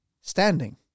standing